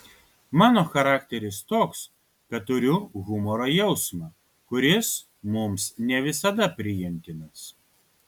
mano charakteris toks kad turiu humoro jausmą kuris mums ne visada priimtinas